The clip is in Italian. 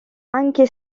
anche